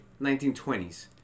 1920s